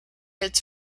its